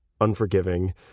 unforgiving